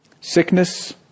Sickness